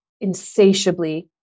insatiably